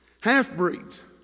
Half-breeds